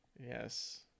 Yes